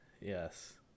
Yes